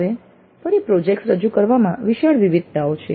હવે ફરી પ્રોજેક્ટ્સ રજૂ કરવામાં વિશાળ વિવિધતાઓ છે